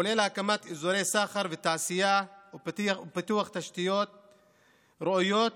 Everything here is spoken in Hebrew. כולל הקמת אזורי סחר ותעשייה ופיתוח תשתיות ראויות,